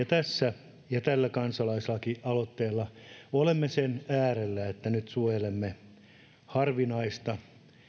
tässä ja tällä kansalaislakialoitteella olemme sen äärellä että nyt suojelemme harvinaista